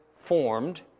formed